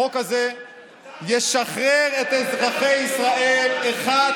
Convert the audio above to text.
החוק הזה ישחרר את אזרחי ישראל אחת